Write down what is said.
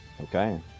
Okay